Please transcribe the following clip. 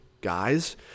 guys